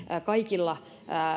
kaikilla